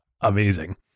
Amazing